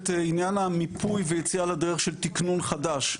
את עניין המיפוי ויציאה לדרך של תיקנון חדש,